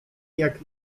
jak